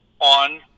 on